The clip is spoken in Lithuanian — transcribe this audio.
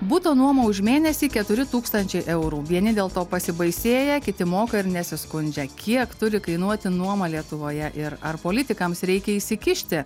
buto nuoma už mėnesį keturi tūkstančiai eurų vieni dėl to pasibaisėję kiti moka ir nesiskundžia kiek turi kainuoti nuoma lietuvoje ir ar politikams reikia įsikišti